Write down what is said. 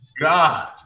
God